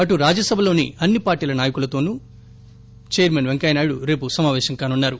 మరోపైపు రాజ్యసభలోని అన్ని పార్టీల నాయకులతోనూ చైర్మన్ పెంకయ్య నాయుడు రేపు సమాపేశం కానున్నారు